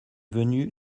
venu